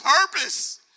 purpose